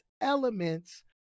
elements